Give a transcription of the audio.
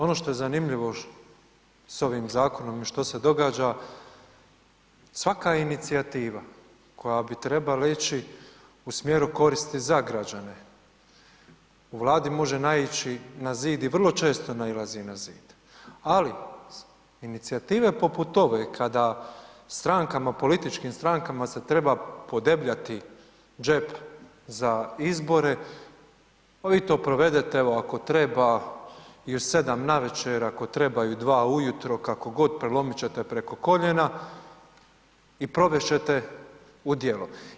Ono što je zanimljivo s ovim zakonom što se događa, svaka inicijativa koja bi trebala ići u smjeru koristi za građane, u Vladi može naići na zid i vrlo često nailazi na zid, ali inicijative poput ove, kada strankama, političkim strankama se treba podebljati džep za izbore, pa vi to provedete, evo, ako treba i u 7 navečer, ako treba i u 2 ujutro, kako god, prelomit ćete preko koljena i provest ćete u djelo.